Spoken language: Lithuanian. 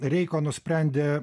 reiko nusprendė